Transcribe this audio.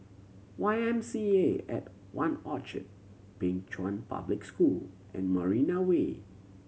Y M C A at One Orchard Pei Chun Public School and Marina Way